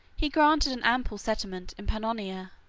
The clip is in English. he granted an ample settlement in pannonia.